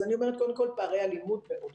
אז אני אומרת קודם כל שפערי הלימוד מאוד קשים.